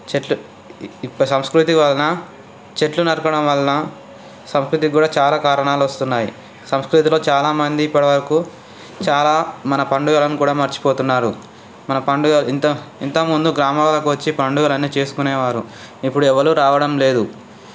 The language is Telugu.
చెట్లు సంస్కృతి వలన చెట్లు నరకడం వల్ల సంస్కృతికి కూడా చాలా కారణాలు వస్తున్నాయి సంస్కృతిలో చాలామంది ఇప్పటి వరకు చాలా మన పండుగలను కూడా మర్చి పోతున్నారు మన పండుగ ఇంత ఇంత ముందు గ్రామాలకు వచ్చి పండుగలు అన్ని చేసుకునే వారు ఇప్పుడు ఎవరూ రావడం లేదు చెప్